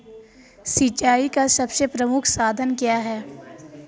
सिंचाई का सबसे प्रमुख साधन क्या है?